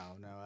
no